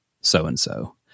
so-and-so